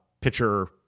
pitcher